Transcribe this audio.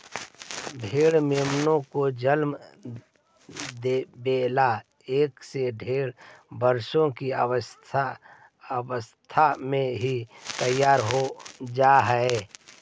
भेंड़ मेमनों को जन्म देवे ला एक से डेढ़ वर्ष की अवस्था में ही तैयार हो जा हई